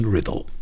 Riddle